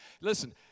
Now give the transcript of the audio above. Listen